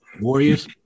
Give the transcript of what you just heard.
Warriors